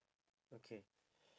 okay